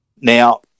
Now